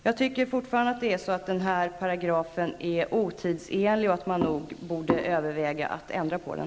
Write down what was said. Jag tycker fortfarande att den här paragrafen är otidsenlig och att man således borde överväga att ändra på den.